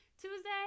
Tuesday